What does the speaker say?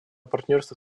партнерство